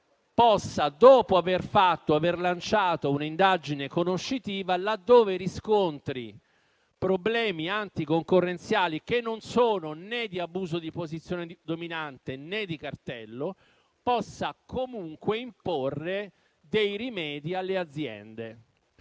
dopo aver lanciato un'indagine conoscitiva, laddove riscontri problemi anticoncorrenziali che non sono né di abuso di posizione dominante, né di cartello, imponga comunque rimedi alle aziende.